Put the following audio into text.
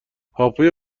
هاپوی